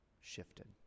shifted